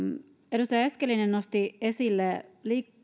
edustaja eskelinen nosti esille